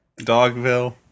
Dogville